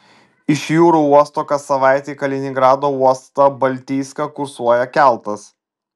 iš jūrų uosto kas savaitę į kaliningrado uostą baltijską kursuoja keltas